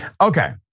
Okay